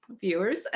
viewers